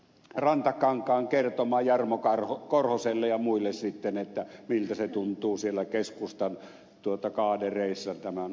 rantakankaan kertomaan jarmo korhoselle ja muille sitten miltä tuntuu siellä keskustan kaadereissa tämän asian hoito